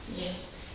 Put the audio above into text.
Yes